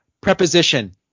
Preposition